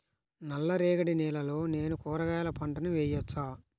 నల్ల రేగడి నేలలో నేను కూరగాయల పంటను వేయచ్చా?